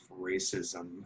racism